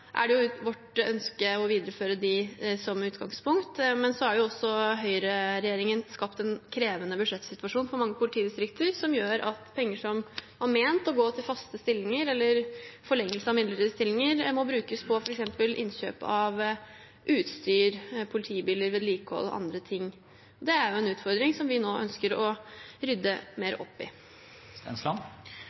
har høyreregjeringen skapt en krevende budsjettsituasjon for mange politidistrikter. Det gjør at penger som var ment å gå til faste stillinger, eller forlengelse av midlertidige stillinger, må brukes på f.eks. innkjøp av utstyr, politibiler, vedlikehold og annet. Det er en utfordring vi nå ønsker å rydde mer opp i.